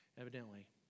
evidently